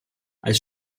als